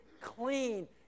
clean